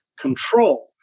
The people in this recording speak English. control